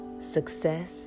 success